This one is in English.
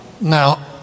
Now